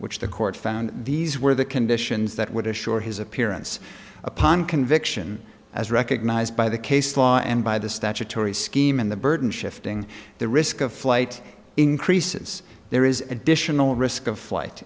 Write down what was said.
which the court found these were the conditions that would assure his appearance upon conviction as recognized by the case law and by the statutory scheme in the burden shifting the risk of flight increases there is additional risk of flight